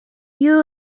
you